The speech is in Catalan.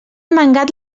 mangat